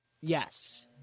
yes